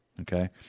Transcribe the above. okay